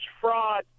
fraud